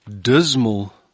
dismal